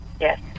Yes